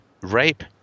rape